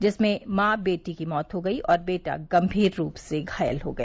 जिसमें माँ बेटी की मौत हो गई और बेटा गंभीर रूप से घायल हो गया